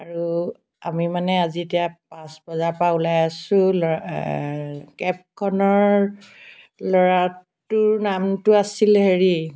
আৰু আমি মানে আজি এতিয়া পাঁচ বজাৰ পৰা ওলাই আছোঁ লআ কেবখনৰ ল'ৰাটোৰ নামটো আছিলে হেৰি